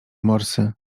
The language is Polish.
morsy